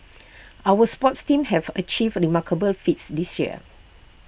our sports teams have achieved remarkable feats this year